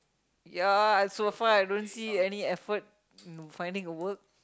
ya I so far I don't see any effort in finding a work